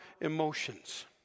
emotions